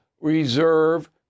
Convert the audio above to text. reserve